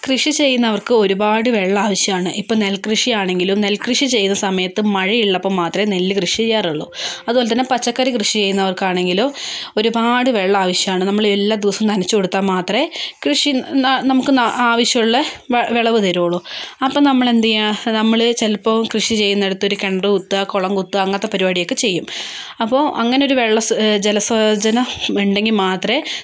കൃഷി ചെയ്യുന്നവർക്ക് ഒരുപാട് വെള്ളമാവിശ്യമാണ് ഇപ്പോൾ നെൽക്കൃഷി ആണെങ്കിലും നെൽക്കൃഷി ചെയ്യുന്ന സമയത്ത് മഴയുള്ളപ്പോൾ മാത്രമേ നെല്ല് കൃഷി ചെയ്യാറുള്ളൂ അതുപോലെതന്നെ പച്ചക്കറി കൃഷി ചെയ്യുന്നവർക്കാണെങ്കിലോ ഒരുപാട് വെള്ളമാവിശ്യമാണ് നമ്മളെല്ലാ ദിവസവും നനച്ചു കൊടുത്താൽ മാത്രമേ കൃഷി നമുക്ക് ആവശ്യമുള്ള വിളവ് തരുള്ളൂ അപ്പോൾ നമ്മൾ എന്താ ചെയ്യുക നമ്മൾ ചിലപ്പോൾ കൃഷി ചെയ്യുന്നിടത്ത് ഒരു കിണർ കുത്തുക കുളം കുത്തുക അങ്ങനത്തെ പരിപാടിയൊക്കെ ചെയ്യും അപ്പോൾ അങ്ങനെയൊരു വെള്ളം ജലസേചനമുണ്ടെങ്കിൽ മാത്രമേ